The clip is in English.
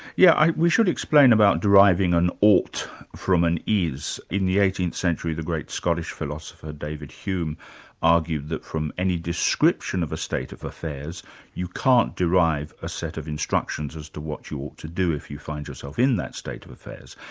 yeah we should explain about deriving an ought from an is. in the eighteenth century the great scottish philosopher david hume argued that from any description of a state of affairs you can't derive a set of instructions as to what you ought to do if you find yourself in that state of affairs.